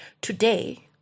Today